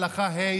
הלכה ה'.